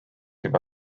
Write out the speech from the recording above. juba